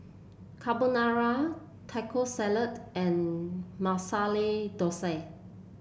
Carbonara Taco Salad and Masala Dosa